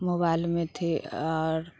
मोबाइलमे थ्री आर